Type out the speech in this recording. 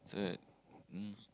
third um